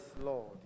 Lord